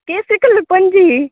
ಕೇಸರಿ ಕಲರ್ ಪಂಚೆ